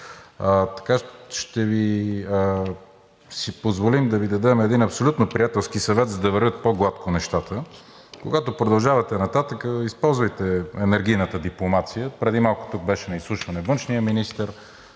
ще си позволим да Ви дадем един абсолютно приятелски съвет, за да вървят по-гладко нещата. Когато продължавате нататък, използвайте енергийната дипломация. Преди малко тук на изслушване беше външният министър.